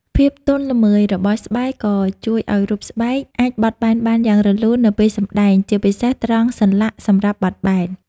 ភាពទន់ល្មើយរបស់ស្បែកក៏ជួយឱ្យរូបស្បែកអាចបត់បែនបានយ៉ាងរលូននៅពេលសម្ដែង ជាពិសេសត្រង់សន្លាក់សម្រាប់បត់បែន។